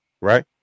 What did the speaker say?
right